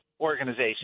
Organization